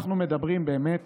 אנחנו מדברים באמת